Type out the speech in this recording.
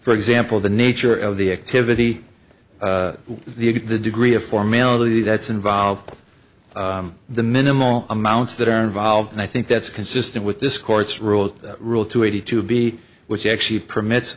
for example the nature of the activity the degree of four military that's involved the minimal amounts that are involved and i think that's consistent with this courts rule rule two eighty two b which actually permits